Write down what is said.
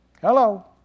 Hello